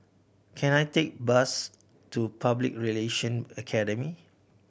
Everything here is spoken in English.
can I take a bus to Public Relation Academy